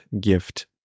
gift